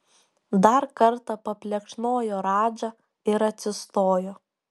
dar kartą paplekšnojo radžą ir atsistojo